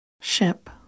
Ship